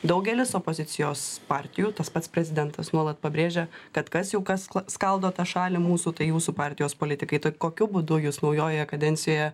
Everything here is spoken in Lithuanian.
daugelis opozicijos partijų tas pats prezidentas nuolat pabrėžia kad kas jau kas skaldo tą šalį mūsų tai jūsų partijos politikai tai kokiu būdu jūs naujojoje kadencijoje